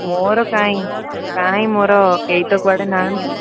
ମୋର କାଇଁ କାହିଁ ମୋର କେହି ତ କୁଆଡ଼େ ନାହାନ୍ତି